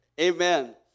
Amen